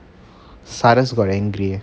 cyrus got angry